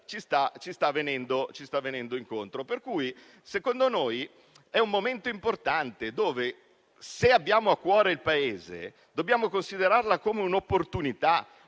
ci sta venendo incontro. Secondo noi, questo è un momento importante che, se abbiamo a cuore il Paese, dobbiamo considerare come una vera opportunità